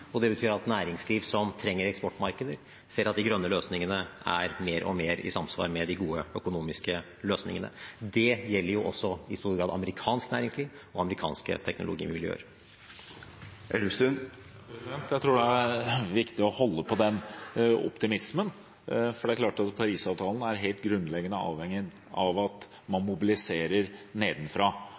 og omstiller seg. Det betyr at næringsliv som trenger eksportmarkeder, ser at de grønne løsningene er mer og mer i samsvar med de gode økonomiske løsningene. Det gjelder også i stor grad amerikansk næringsliv og amerikanske teknologimiljøer. Jeg tror det er viktig å holde på den optimismen, for det er klart at Paris-avtalen er helt grunnleggende avhengig av at man mobiliserer nedenfra.